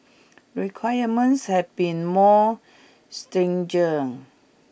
requirements have been more stringent